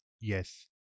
Yes